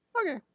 Okay